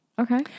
okay